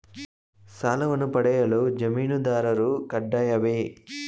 ಸಾಲವನ್ನು ಪಡೆಯಲು ಜಾಮೀನುದಾರರು ಕಡ್ಡಾಯವೇ?